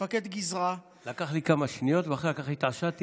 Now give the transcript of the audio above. מפקד גזרה --- לקח לי כמה שניות ואחר כך התעשתי,